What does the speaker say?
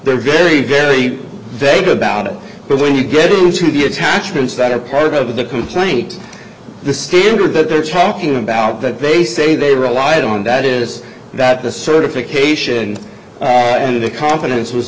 they're very very vague about it but when you get to the attachments that part of the complete the standard that they're taking about that they say they relied on that is that the certification and the confidence w